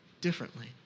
differently